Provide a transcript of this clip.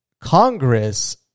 Congress